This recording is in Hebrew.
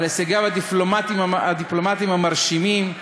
על הישגיו הדיפלומטיים המרשימים,